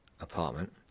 apartment